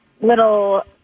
little